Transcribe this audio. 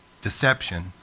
deception